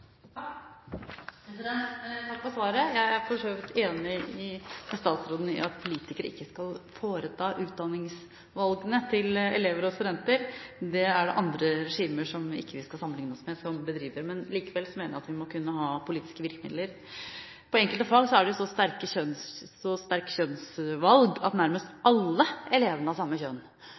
studenter. Det er det andre regimer som vi ikke skal sammenligne oss med, som bedriver. Men likevel mener jeg vi må kunne ha politiske virkemidler. På enkelte fag er det så sterkt kjønnsvalg at nærmest alle elevene er av samme kjønn.